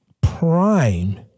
prime